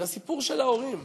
זה הסיפור של ההורים,